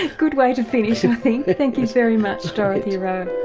ah good way to finish i think, thank you very much dorothy rowe.